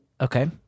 Okay